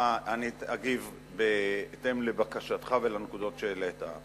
אני אגיב בהתאם לבקשתך ולנקודות שהעלית.